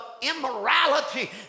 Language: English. immorality